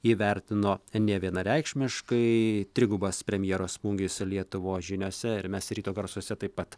įvertino nevienareikšmiškai trigubas premjero smūgis lietuvos žiniose ir mes ryto garsuose taip pat